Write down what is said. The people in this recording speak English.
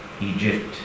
Egypt